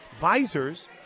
Visors